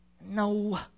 No